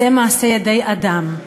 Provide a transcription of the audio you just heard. זה מעשה ידי אדם.